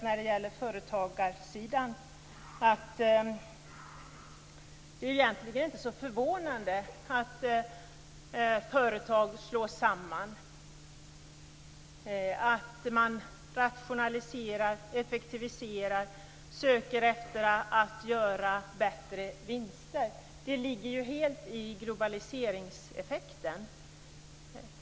När det gäller företagarsidan är det inte så förvånande att företag slås samman, att man rationaliserar, effektiviserar och har ambitionen att göra större vinster. Det ligger ju helt i globaliseringseffekten.